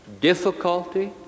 difficulty